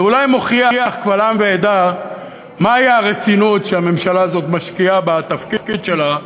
זה אולי מוכיח קבל עם ועדה מהי הרצינות שהממשלה הזאת משקיעה בתפקיד שלה,